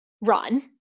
run